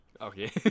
Okay